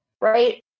right